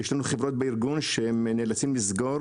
יש לנו חברות בארגון שהן נאלצות לסגור